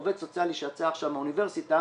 עובד סוציאלי שיצא עכשיו מהאוניברסיטה